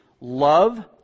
Love